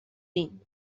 این